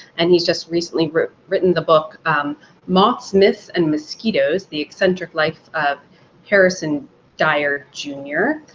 and he's just recently written written the book moths, myths, and mosquitoes the eccentric life of harrison dyar, jr.